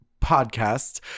podcast